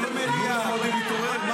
לול ההודים התעורר.